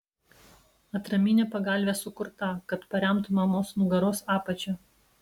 atraminė pagalvė sukurta kad paremtų mamos nugaros apačią